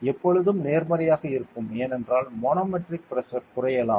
எப்பொழுதும் நேர்மறையாக இருக்கும் ஏனென்றால் மேனோமெட்ரிக் பிரஷர் குறையலாம்